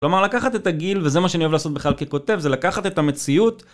כלומר לקחת את הגיל, וזה מה שאני אוהב לעשות בכלל ככותב, זה לקחת את המציאות